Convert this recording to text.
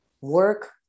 work